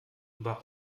über